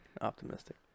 Optimistic